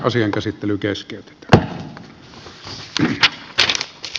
asian käsittely keskeytetään